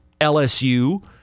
LSU